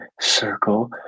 Circle